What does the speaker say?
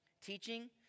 Teaching